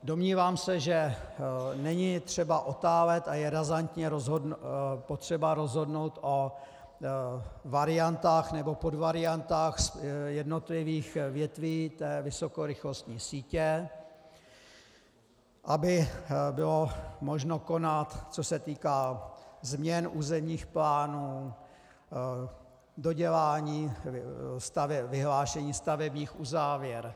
Domnívám se, že není třeba otálet a je razantně potřeba rozhodnout o variantách nebo podvariantách jednotlivých větví té vysokorychlostní sítě, aby bylo možno konat, co se týká změn územních plánů, dodělání, vyhlášení stavebních uzávěr.